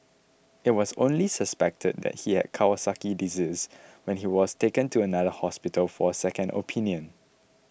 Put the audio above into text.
it was only suspected that he had Kawasaki disease when he was taken to another hospital for a second opinion